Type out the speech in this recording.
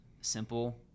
simple